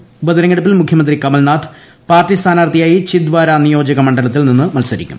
എന്നിവർ ഉപതെരഞ്ഞെടുപ്പിൽ മുഖ്യമന്ത്രി കമൽനാഥ് പാർട്ടി സ്ഥാനാർത്ഥിയായി ഛിന്ദ് വാര നിയോജക മണ്ഡലത്തിൽ നിന്നും മത്സരിക്കും